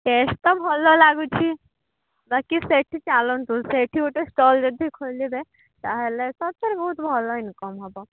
test ତ ଭଲ ଲାଗୁଛିି ବାକି ସେଠି ଚାଲନ୍ତୁ ସେଇଠି ଗୋଟେ ଷ୍ଟଲ୍ ଯଦି ଖୋଲିବେ ତାହେଲେ ସତରେ ବହୁତ ଭଲ ଇନକମ୍ ହେବ